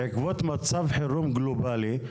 בעקבות מצב חירום גלובלי,